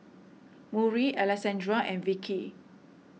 Murry Alexandra and Vickie